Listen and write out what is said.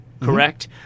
correct